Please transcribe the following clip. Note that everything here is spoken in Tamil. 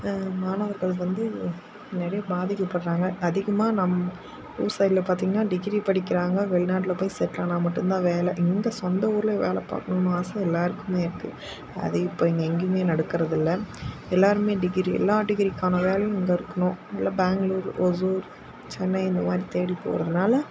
மாணவர்களுக்கு வந்து நிறைய பாதிக்கப்படறாங்க அதிகமாக நம்ம ஊர் சைடில் பார்த்திங்ன்னா டிகிரி படிக்கிறாங்க வெளிநாட்டில் போய் செட்டில் ஆனால் மட்டும் தான் வேலை இங்கே சொந்த ஊரில் வேலை பார்க்கணும்னு ஆசை எல்லாருக்குமே இருக்குது அதை இப்போ எங்கேயுமே நடக்கிறது இல்லை எல்லாருமே டிகிரி எல்லா டிகிரிக்கான வேலையும் இங்கே இருக்கணும் இல்லை பேங்களூர் ஒசூர் சென்னை இந்த மாதிரி தேடி போகிறதுனால